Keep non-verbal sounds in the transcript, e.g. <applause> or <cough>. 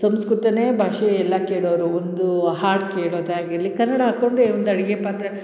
ಸಂಸ್ಕೃತವೇ ಭಾಷೆ ಎಲ್ಲ ಕೇಳೋರು ಒಂದು ಹಾಡು ಕೇಳೊದಾಗಿರಲಿ ಕನ್ನಡ ಹಾಕೊಂಡೆ ಒಂದು <unintelligible>